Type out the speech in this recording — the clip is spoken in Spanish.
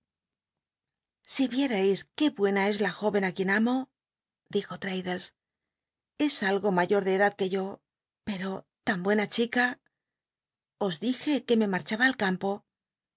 si vietais qué buena es la jó en á quien amo dijo l'raddles es algo mayor de edad que yo pero tan buena chica os dije que me marchaba al campo